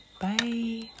Bye